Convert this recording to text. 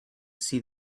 see